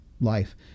life